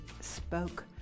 spoke